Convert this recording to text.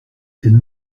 elle